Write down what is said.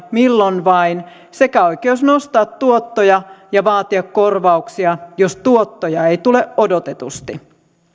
milloin vain sekä oikeus nostaa tuottoja ja vaatia korvauksia jos tuottoja ei tule odotetusti